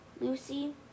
Lucy